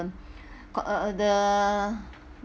got uh the